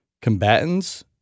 combatants